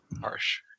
harsh